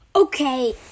Okay